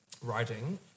writing